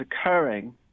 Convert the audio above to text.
occurring